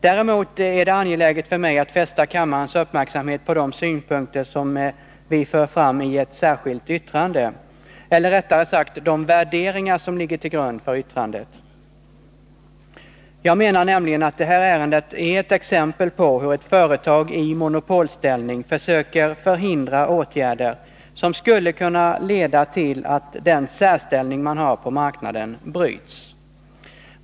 Däremot är det angeläget för mig att fästa kammarens uppmärksamhet på de synpunkter som vi för fram i ett särskilt yttrande, eller rättare sagt de värderingar som ligger till grund för yttrandet. Jag menar nämligen att det här ärendet är ett exempel på hur ett företag i monopolställning försöker förhindra åtgärder, som skulle kunna leda till att företagets särställning på marknaden bryts.